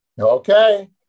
Okay